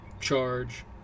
charge